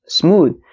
smooth